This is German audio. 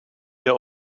der